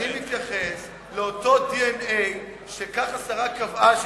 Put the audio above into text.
אני מתייחס לאותו DNA שהשרה קבעה,